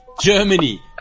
Germany